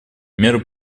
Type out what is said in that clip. меры